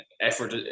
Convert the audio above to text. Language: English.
effort